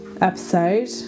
episode